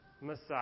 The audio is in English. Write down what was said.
Messiah